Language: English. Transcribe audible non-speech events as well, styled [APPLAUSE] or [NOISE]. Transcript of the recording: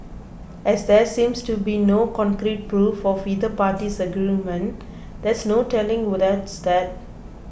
as there seems to be no concrete proof of either party's argument there's no telling [UNINTELLIGIBLE] [UNINTELLIGIBLE]